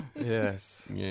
Yes